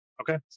Okay